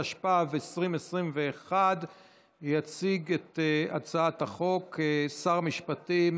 התשפ"ב 2021. יציג את הצעת החוק שר המשפטים